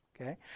Okay